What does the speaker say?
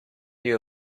you